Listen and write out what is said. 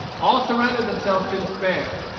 all surrendered themselves to despair.